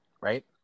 right